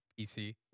pc